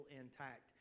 intact